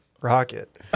rocket